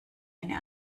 eine